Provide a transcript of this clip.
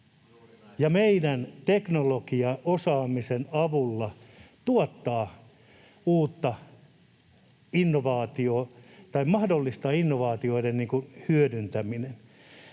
meidän teknologiaosaamisen avulla mahdollistaa innovaatioiden hyödyntäminen.